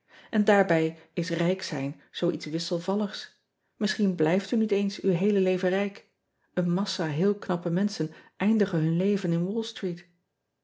n daarbij is rijk zijn zoo iets wisselvalligs isschien blijft u niet eens uw heele leven rijk een massa heel knappe menschen eindigen hun leven in all treet